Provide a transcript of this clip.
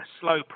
slow